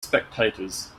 spectators